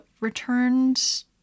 returned